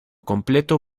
completo